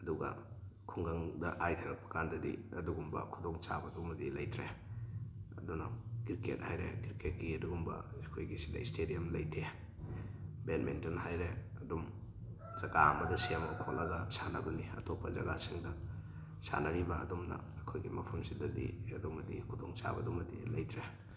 ꯑꯗꯨꯒ ꯈꯨꯡꯒꯪꯗ ꯍꯥꯏꯊꯔꯛꯄ ꯀꯥꯟꯗꯗꯤ ꯑꯗꯨꯒꯨꯝꯕ ꯈꯨꯗꯣꯡꯆꯥꯕꯗꯨꯃꯗꯤ ꯂꯩꯇ꯭ꯔꯦ ꯑꯗꯨꯅ ꯀ꯭ꯔꯤꯛꯀꯦꯠ ꯍꯥꯏꯔꯦ ꯀ꯭ꯔꯤꯛꯀꯦꯠꯀꯤ ꯑꯗꯨꯒꯨꯝꯕ ꯑꯩꯈꯣꯏꯒꯤꯁꯤꯗ ꯏꯁꯇꯦꯗꯤꯌꯝ ꯂꯩꯇꯩ ꯕꯦꯠꯃꯤꯟꯇꯟ ꯍꯥꯏꯔꯦ ꯑꯗꯨꯝ ꯖꯒꯥ ꯑꯃꯗ ꯁꯦꯝꯃꯒ ꯈꯣꯠꯂꯒ ꯁꯥꯟꯅꯕꯅꯤ ꯑꯇꯣꯞꯄ ꯖꯒꯥꯁꯤꯡꯗ ꯁꯥꯟꯅꯔꯤꯕ ꯑꯗꯨꯝꯅ ꯑꯩꯈꯣꯏꯒꯤ ꯃꯐꯝꯁꯤꯗꯗꯤ ꯑꯗꯨꯃꯗꯤ ꯈꯨꯗꯣꯡꯆꯥꯕꯗꯨꯃꯗꯤ ꯂꯩꯇ꯭ꯔꯦ